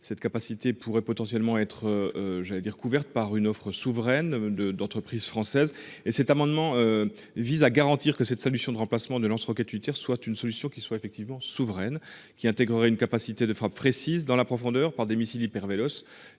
cette capacité pourrait potentiellement être j'allais dire couverte par une offre souveraine de d'entreprises françaises et cet amendement. Vise à garantir que cette solution de remplacement de lance-roquettes unitaires soit une solution qui soit effectivement souveraine qui intégrerait une capacité de frappe précise dans la profondeur par des missiles hypervéloces